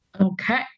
Okay